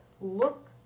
look